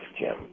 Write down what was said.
Jim